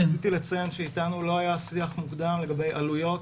רציתי לציין שאתנו לא היה שיח מוקדם לגבי עלויות,